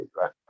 right